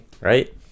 right